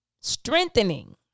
Strengthening